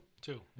two